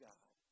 God